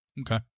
Okay